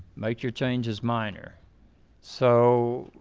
make your changes minor so